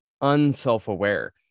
unself-aware